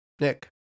Nick